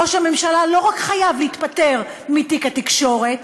ראש הממשלה לא רק חייב להתפטר מתיק התקשורת.